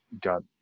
got